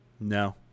no